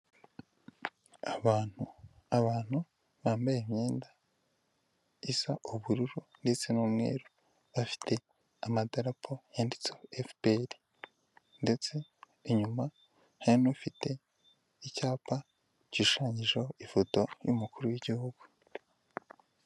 Abantu abantu bambaye imyenda isa ubururu ndetse n'umweru bafite amadarapo yanditse fpr ndetse inyuma nta n'ufite icyapa gishushanyijeho ifoto y'umukuru w'igihugu.